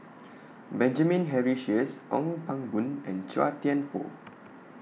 Benjamin Henry Sheares Ong Pang Boon and Chua Thian Poh